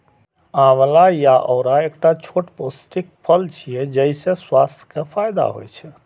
आंवला या औरा एकटा छोट पौष्टिक फल छियै, जइसे स्वास्थ्य के फायदा होइ छै